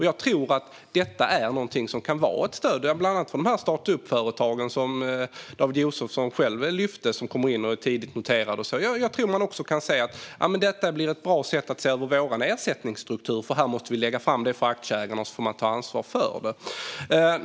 Jag tror att detta kan vara ett stöd för bland annat startup-företagen, som David Josefsson själv lyfte fram, som noteras tidigt. Jag tror att man kan se att detta skulle vara ett bra sätt att se över sin ersättningsstruktur eftersom man måste lägga fram det för aktieägarna och ta ansvar för det.